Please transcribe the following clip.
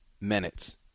minutes